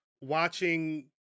watching